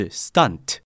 stunt